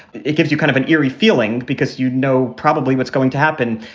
it gives you kind of an eerie feeling because, you know, probably what's going to happen.